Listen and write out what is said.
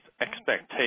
expectations